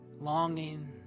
Longing